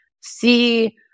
see